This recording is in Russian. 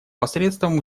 посредством